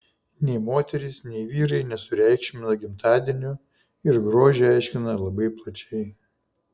nei moterys nei vyrai nesureikšmina gimtadienių ir grožį aiškina labai plačiai